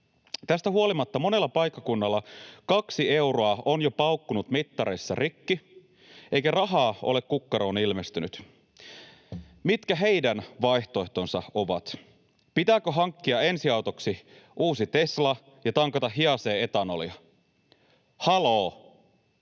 Tästä huolimatta monella paikkakunnalla kaksi euroa on jo paukkunut mittareissa rikki, eikä rahaa ole kukkaroon ilmestynyt. Mitkä heidän vaihtoehtonsa ovat? Pitääkö hankkia ensiautoksi uusi Tesla ja tankata Hiaceen etanolia? Haloo!